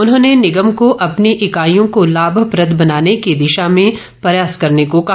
उन्होंने निगम को अपनी इकाइयों को लामप्रद बनाने की दिशा में प्रयास करने को कहा